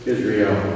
Israel